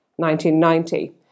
1990